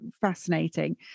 fascinating